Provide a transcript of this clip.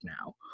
now